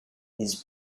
his